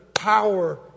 Power